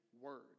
word